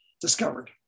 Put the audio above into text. discovered